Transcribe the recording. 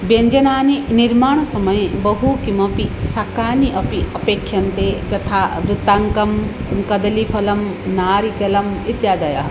व्यञ्जनानि निर्माणसमये बहु किमपि शाकानि अपि अपेक्ष्यन्ते यथा वृन्ताकं कदलीफलं नारिकेलः इत्यादयः